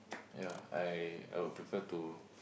ya I I'll prefer to